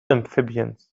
amphibians